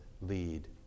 lead